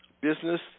business